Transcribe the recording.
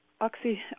oxy